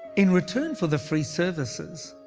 in return for the free services,